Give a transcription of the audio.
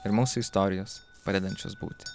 ir mūsų istorijos padedančios būti